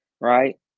right